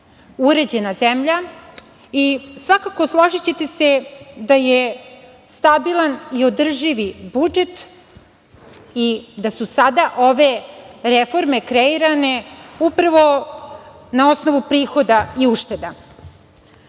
uređena zemlja. Svakako, složićete se da je stabilan i održiv budžet i da su sada ove reforme kreirane upravo na osnovu prihoda i ušteda. Kao